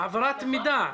בהעברת מידע,